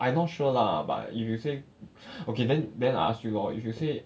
I sure lah but if you say okay then then I ask you lor if you say